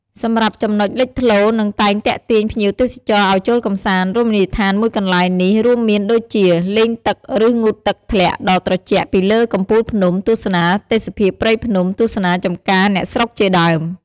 សម្រាប់ចំណុចលេចធ្លោនិងតែងទាក់ទាញភ្ញៀវទេសចរឱ្យចូលកម្សាន្ម រមណីយដ្ឋានមួយកន្លែងនេះរួមមានដូចជា លេងទឹកឬងូតទឹកធ្លាក់ដ៏ត្រជាក់ពីលើកំពូលភ្នំ ទស្សនាទេសភាពព្រៃភ្នំ ទស្សនាចំការអ្នកស្រុកជាដើម ។